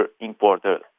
importer